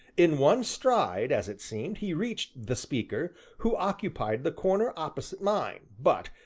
in one stride, as it seemed, he reached the speaker, who occupied the corner opposite mine, but,